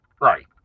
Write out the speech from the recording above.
Right